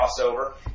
crossover